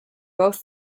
both